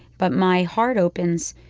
but my heart opens.